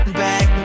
back